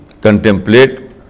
contemplate